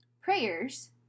prayers